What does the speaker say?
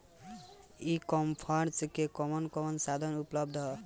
ई कॉमर्स में कवन कवन साधन उपलब्ध ह?